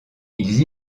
ils